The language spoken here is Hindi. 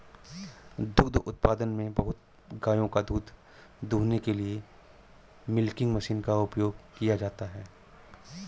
दुग्ध उत्पादन में बहुत गायों का दूध दूहने के लिए मिल्किंग मशीन का उपयोग किया जाता है